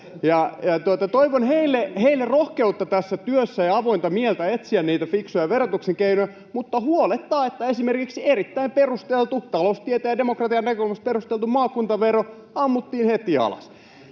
Toivon heille rohkeutta tässä työssä ja avointa mieltä etsiä niitä fiksuja verotuksen keinoja, mutta huolettaa, että esimerkiksi erittäin perusteltu, taloustieteen ja demokratian näkökulmasta perusteltu maakuntavero ammuttiin heti alas.